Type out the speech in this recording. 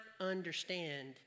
understand